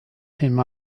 him